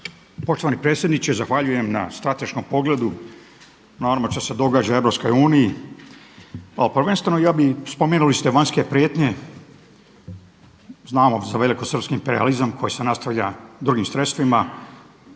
Poštovani predsjedniče zahvaljujem na strateškom pogledu, na onome što se događa u EU. A prvenstveno ja bi spomenuli ste vanjske prijetnje, znamo za velikosrpski imperijalizam koji se nastavlja drugim sredstvima,